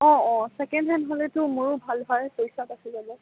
second hand হ'লেতো মোৰো ভাল হয় পইচা বাচি যাব